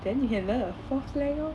then you can learn a fourth lang lor